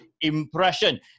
impression